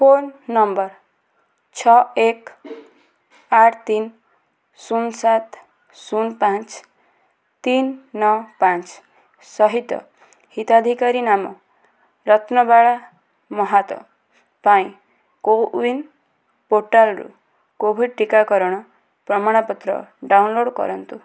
phone ନମ୍ବର ଛଅ ଏକ ଆଠ ତିନି ଶୂନ ସାତ ଶୂନ ପାଞ୍ଚ ତିନି ନଅ ପାଞ୍ଚ ସହିତ ହିତାଧିକାରୀ ନାମ ରତ୍ନବାଳା ମହାତ ପାଇଁ କୋୱିନ୍ ପୋର୍ଟାଲ୍ରୁ କୋଭିଡ଼୍ ଟିକାକରଣ ପ୍ରମାଣପତ୍ର ଡାଉନଲୋଡ଼୍ କରନ୍ତୁ